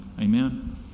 Amen